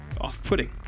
off-putting